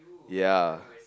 ya